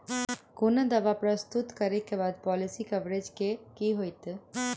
कोनो दावा प्रस्तुत करै केँ बाद पॉलिसी कवरेज केँ की होइत?